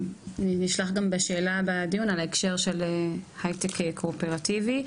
נשלח גם בשאלה בדיון על ההקשר של הייטק קואופרטיבי.